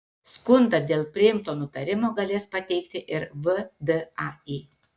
skundą dėl priimto nutarimo galės pateikti ir vdai